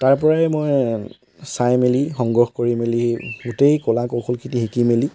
তাৰ পৰাই মই চাই মেলি সংগ্ৰহ কৰি মেলি গোটেই কলা কৌশলখিনি শিকি মেলি